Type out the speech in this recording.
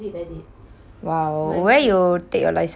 !wow! where you take your license from